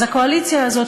אז הקואליציה הזאת,